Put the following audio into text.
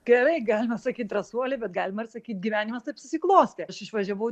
gerai galime sakyt drąsuoliai bet galima ir sakyt gyvenimas taip susiklostė aš išvažiavau